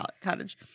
cottage